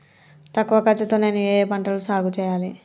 తక్కువ ఖర్చు తో నేను ఏ ఏ పంటలు సాగుచేయాలి?